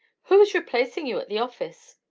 who is replacing you at the office?